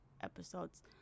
episodes